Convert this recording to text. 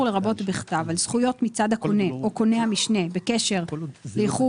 לרבות בכתב על זכויות מצד הקונה או קונה המשנה בקשר לאיחור